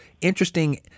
interesting